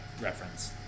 reference